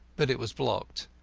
but it was blocked.